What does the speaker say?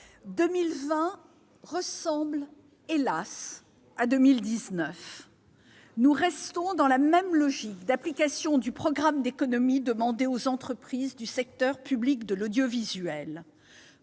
2020 ressemble, hélas !, à 2019. Nous restons dans la même logique d'application du programme d'économies imposé aux entreprises du secteur public de l'audiovisuel.